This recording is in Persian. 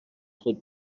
خود